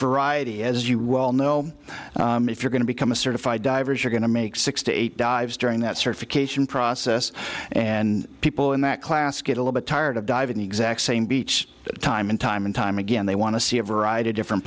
variety as you well know if you're going to become a certified divers you're going to make sixty eight dives during that certification process and people in that class get a little bit tired of diving the exact same beach time and time and time again they want to see a variety of different